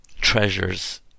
treasures